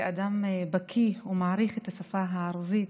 כאדם בקי המעריך את השפה הערבית,